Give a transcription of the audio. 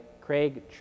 Craig